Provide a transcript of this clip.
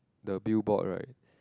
the billboard right